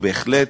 ובהחלט,